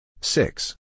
Six